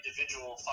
individual